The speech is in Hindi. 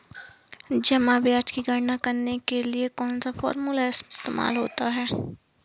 जमा ब्याज की गणना करने के लिए कौनसा फॉर्मूला इस्तेमाल होता है?